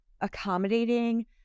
accommodating